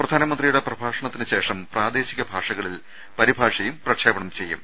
പ്രധാനമന്ത്രിയുടെ പ്രഭാഷണത്തിന് ശേഷം പ്രാദേശിക ഭാഷകളിൽ പരിഭാഷയും പ്രക്ഷേപണം ചെയ്യും